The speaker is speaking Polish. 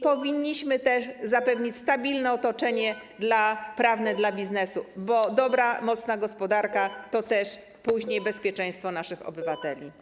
Powinniśmy też zapewnić stabilne otoczenie prawne dla biznesu, bo dobra, mocna gospodarka to też później bezpieczeństwo naszych obywateli.